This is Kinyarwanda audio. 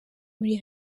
muri